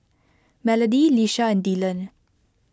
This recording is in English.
Melody Lisha and Dylan